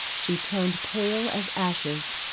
she turned pale as ashes,